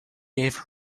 gave